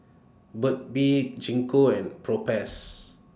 Burt's Bee Gingko and Propass